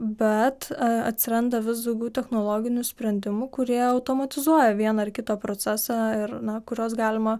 bet atsiranda vis daugiau technologinių sprendimų kurie automatizuoja vieną ar kitą procesą ir na kuriuos galima